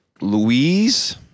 Louise